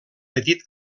petit